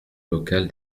locale